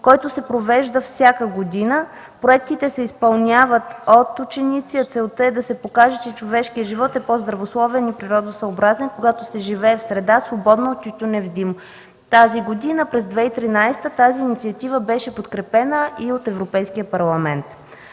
който се провежда всяка година. Проектите се изпълняват от ученици. Целта е да се покаже, че човешкият живот е по-здравословен и природосъобразен, когато се живее в среда, свободна от тютюнев дим. Тази 2013 г. инициативата беше подкрепена и от Европейския парламент.